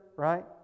Right